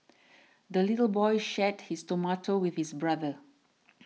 the little boy shared his tomato with his brother